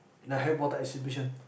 the Harry-Potter exhibition